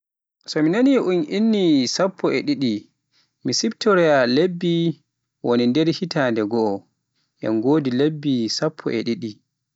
So mi nani un inni ni sappo e didi, mi siftoroya lebbi woni nder hitande goo, en gogodi lebbi sappo e ɗiɗi.